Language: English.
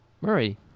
Murray